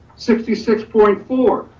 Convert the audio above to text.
sixty six point four,